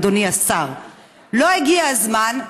אדוני השר: לא הגיע הזמן,